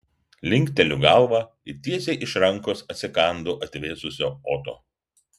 linkteliu galvą ir tiesiai iš rankos atsikandu atvėsusio oto